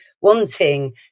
wanting